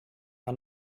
aan